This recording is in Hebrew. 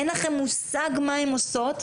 אין לכם מושג מה הן עושות,